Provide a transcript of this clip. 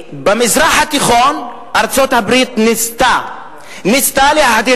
במזרח התיכון ארצות-הברית ניסתה להאדיר